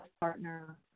partner